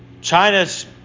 China's